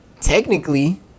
Technically